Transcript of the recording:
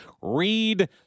Read